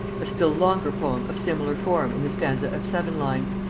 a still longer poem of similar form in the stanza of seven lines,